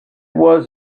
was